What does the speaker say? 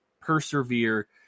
persevere